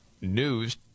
news